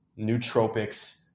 nootropics